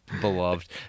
Beloved